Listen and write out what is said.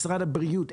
משרד הבריאות,